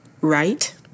right